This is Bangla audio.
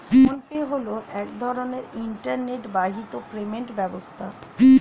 ফোন পে হলো এক ধরনের ইন্টারনেট বাহিত পেমেন্ট ব্যবস্থা